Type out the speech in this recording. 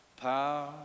power